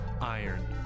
iron